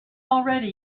already